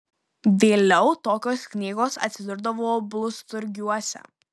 vėliau tokios knygos atsidurdavo blusturgiuose